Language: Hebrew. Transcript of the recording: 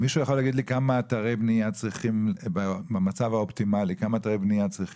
מישהו יכול להגיד לי כמה אתרי בנייה במצב האופטימלי להיות מפוקחים?